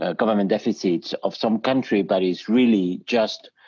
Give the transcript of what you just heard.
ah government deficits of some country but is really just,